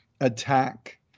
attack